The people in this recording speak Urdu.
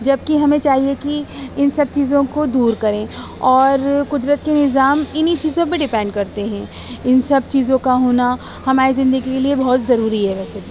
جبکہ ہمیں چاہیے کہ ان سب چیزوں کو دور کریں اور قدرت کے نظام انہیں چیزوں پہ ڈیپینڈ کرتے ہیں ان سب چیزوں کا ہونا ہمارے زندگی کے لیے بہت ضروری ہے ویسے بھی